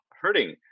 hurting